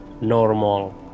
normal